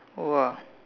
!wah!